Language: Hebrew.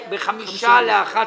ב-10:55 תהיינה רביזיות.